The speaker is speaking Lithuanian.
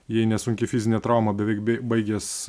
jei ne sunki fizinė trauma beveik bei baigęs